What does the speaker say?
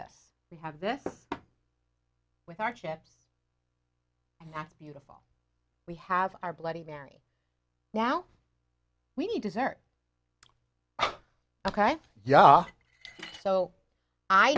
this we have this with our chips and that's beautiful we have our bloody mary now we need dessert ok yeah so i